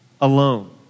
alone